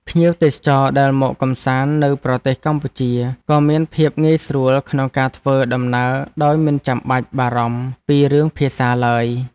ភ្ញៀវទេសចរដែលមកកម្សាន្តនៅប្រទេសកម្ពុជាក៏មានភាពងាយស្រួលក្នុងការធ្វើដំណើរដោយមិនចាំបាច់បារម្ភពីរឿងភាសាឡើយ។